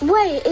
Wait